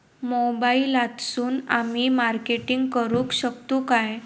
मोबाईलातसून आमी मार्केटिंग करूक शकतू काय?